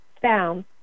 found